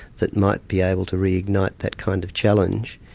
that might be able to reignite that kind of challenge.